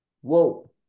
Whoa